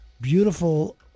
beautiful